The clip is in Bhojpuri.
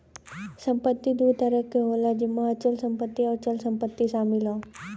संपत्ति दू तरह क होला जेमन अचल संपत्ति आउर चल संपत्ति शामिल हौ